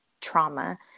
trauma